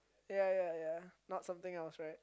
ya ya ya not something I will share